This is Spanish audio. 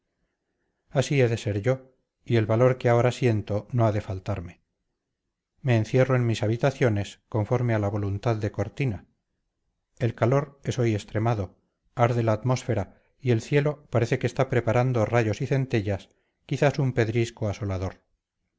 así he de ser yo y el valor que ahora siento no ha de faltarme me encierro en mis habitaciones conforme a la voluntad de cortina el calor es hoy extremado arde la atmósfera y el cielo parece que está preparando rayos y centellas quizás un pedrisco asolador